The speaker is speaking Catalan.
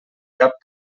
cap